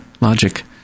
logic